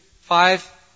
five